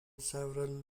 several